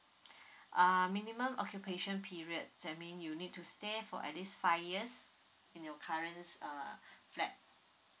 uh minimum occupation period I mean you need to stay for at least five years in your currents uh flat